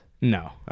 No